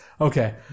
Okay